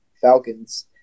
Falcons